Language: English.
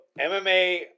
MMA